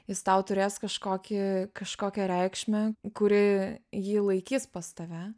jis tau turės kažkokį kažkokią reikšmę kuri jį laikys pas tave